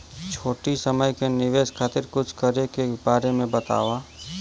छोटी समय के निवेश खातिर कुछ करे के बारे मे बताव?